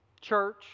church